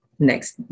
Next